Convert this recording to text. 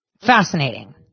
Fascinating